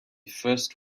first